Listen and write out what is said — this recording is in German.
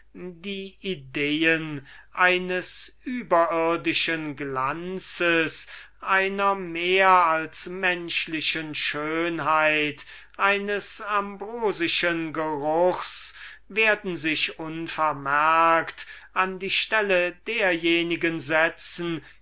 die ideen eines überirdischen glanzes einer mehr als menschlichen schönheit eines ambrosischen geruchs werden sich unvermerkt an die stelle derjenigen setzen